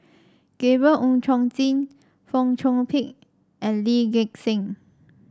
Gabriel Oon Chong Jin Fong Chong Pik and Lee Gek Seng